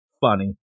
funny